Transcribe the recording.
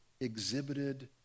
exhibited